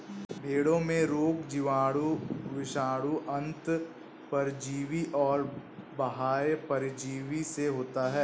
भेंड़ों में रोग जीवाणु, विषाणु, अन्तः परजीवी और बाह्य परजीवी से होता है